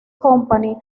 company